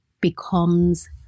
becomes